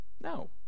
no